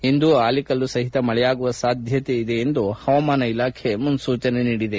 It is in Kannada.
ಇಂದು ಆಲಿಕಲ್ಲು ಸಹಿತ ಮಳೆಯಾಗುವ ಸಾಧ್ಯತೆ ಇದೆ ಎಂದು ಹವಾಮಾನ ಇಲಾಖೆ ಮುನ್ನೂಚನೆ ನೀಡಿದೆ